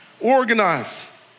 organize